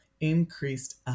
increased